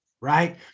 right